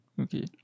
Okay